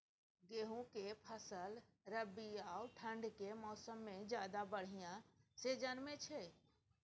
गेहूं के फसल रबी आ ठंड के मौसम में ज्यादा बढ़िया से जन्में छै?